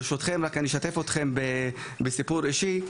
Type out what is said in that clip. ברשותכם אני אשתף אתכם בסיפור אישי,